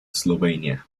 slovenia